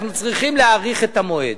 אנחנו צריכים להאריך את המועד.